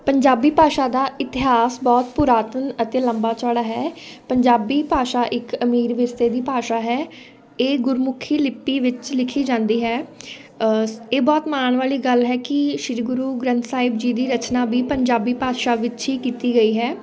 ਪੰਜਾਬੀ ਭਾਸ਼ਾ ਦਾ ਇਤਿਹਾਸ ਬਹੁਤ ਪੁਰਾਤਨ ਅਤੇ ਲੰਬਾ ਚੌੜਾ ਹੈ ਪੰਜਾਬੀ ਭਾਸ਼ਾ ਇੱਕ ਅਮੀਰ ਵਿਰਸੇ ਦੀ ਭਾਸ਼ਾ ਹੈ ਇਹ ਗੁਰਮੁਖੀ ਲਿਪੀ ਵਿੱਚ ਲਿਖੀ ਜਾਂਦੀ ਹੈ ਇਹ ਬਹੁਤ ਮਾਣ ਵਾਲੀ ਗੱਲ ਹੈ ਕਿ ਸ਼੍ਰੀ ਗੁਰੂ ਗ੍ਰੰਥ ਸਾਹਿਬ ਜੀ ਦੀ ਰਚਨਾ ਵੀ ਪੰਜਾਬੀ ਭਾਸ਼ਾ ਵਿੱਚ ਹੀ ਕੀਤੀ ਗਈ ਹੈ